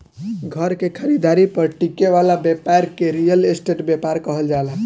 घर के खरीदारी पर टिके वाला ब्यपार के रियल स्टेट ब्यपार कहल जाला